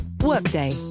Workday